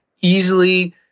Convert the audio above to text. easily